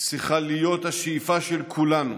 צריכה להיות השאיפה של כולנו,